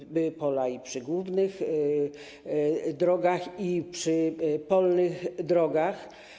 Pola były i przy głównych drogach, i przy polnych drogach.